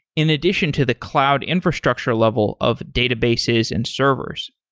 in addition to the cloud infrastructure level of databases and servers,